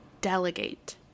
delegate